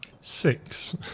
six